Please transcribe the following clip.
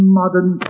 modern